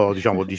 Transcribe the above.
diciamo